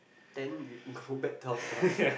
then we can go back twelve plus